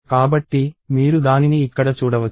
కాబట్టి మీరు దానిని ఇక్కడ చూడవచ్చు